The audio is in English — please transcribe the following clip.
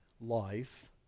life